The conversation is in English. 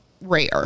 Rare